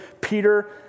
Peter